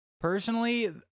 Personally